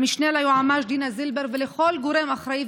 למשנה ליועמ"ש דינה זילבר ולכל גורם אחראי,